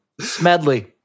Smedley